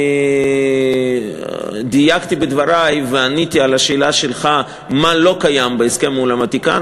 אני דייקתי בדברי ועניתי על השאלה שלך מה לא קיים בהסכם מול הוותיקן.